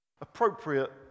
appropriate